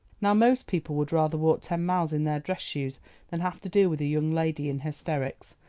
now most people would rather walk ten miles in their dress shoes than have to deal with a young lady in hysterics,